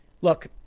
Look